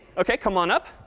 ok. come on up,